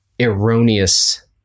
erroneous